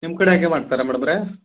ನಿಮ್ಮ ಕಡೆ ಹಂಗೇ ಮಾಡ್ತಾರಾ ಮೇಡಮ್ ಅವರೇ